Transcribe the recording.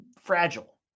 fragile